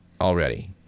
Already